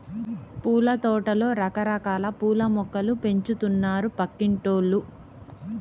పూలతోటలో రకరకాల పూల మొక్కలు పెంచుతున్నారు పక్కింటోల్లు